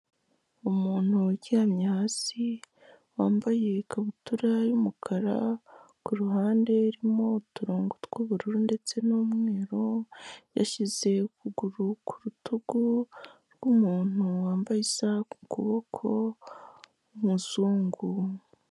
Umuntu uryamye hasi, wambaye ikabutura y'umukara ku ruhande irimo uturongo tw'ubururu ndetse n'umweru, yashyize ukuguru ku rutugu rw'umuntu wambaye isaha ku kuboko w'umuzungu.